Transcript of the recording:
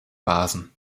basen